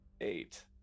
eight